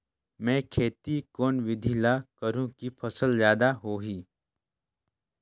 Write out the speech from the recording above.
मै खेती कोन बिधी ल करहु कि फसल जादा होही